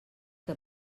que